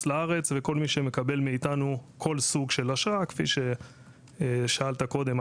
לארץ וכל מי שמקבל מאיתנו כל סוג של אשרה כפי ששאלת קודם,